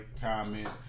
comment